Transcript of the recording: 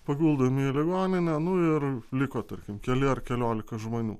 paguldomi į ligoninę nu ir liko tarkim keli ar keliolika žmonių